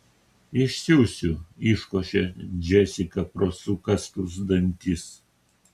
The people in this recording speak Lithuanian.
išsiųsiu iškošia džesika pro sukąstus dantis